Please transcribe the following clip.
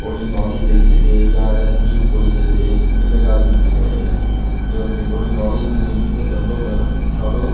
थोरी नॉलेज ॾई सघे या अहिड़ा इंस्टिट्यूट खोले सघे इन ॻाल्हि जी जेका आहे जे उन्हनि खे थोरी नॉलेज मिली वेंदी त धंधो करणु ॾाढो